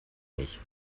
nicht